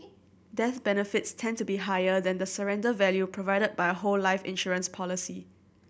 death benefits tend to be higher than the surrender value provided by a whole life insurance policy